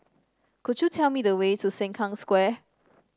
could you tell me the way to Sengkang Square